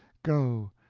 go,